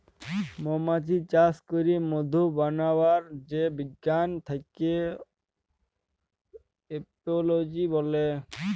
মমাছি চাস ক্যরে মধু বানাবার যে বিজ্ঞান থাক্যে এপিওলোজি ব্যলে